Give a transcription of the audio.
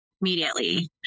immediately